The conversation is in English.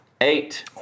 Eight